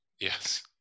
Yes